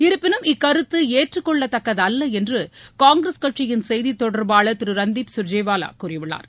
இருப்பினும் இக்கருத்து ஏற்றுக்கொள்ளத்தக்கதல்ல என்று காங்கிரஸ் கட்சியின் செய்திக் தொடர்பாளர் திரு ரன்தீப் சுர்ஜிவாலா கூறியுள்ளார்